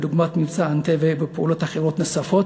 כדוגמת "מבצע אנטבה" ופעולות אחרות נוספות,